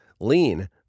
Lean